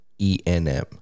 ENM